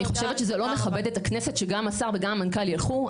אני חושבת שזה לא מכבד את הכנסת שגם השר וגם המנכ"ל ילכו.